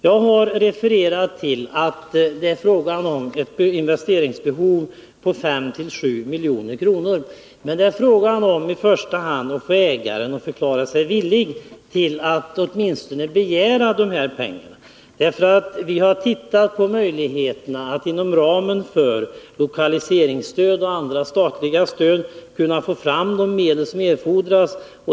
Jag har refererat till att det är fråga om ett investeringsbehov på 5-7 milj.kr., men det är i första hand fråga om att få ägaren att förklara sig villig att åtminstone begära pengarna. Vi har tittat på möjligheterna att inom ramen för lokaliseringsstöd och andra statliga stöd få fram de medel som erfordras.